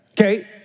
Okay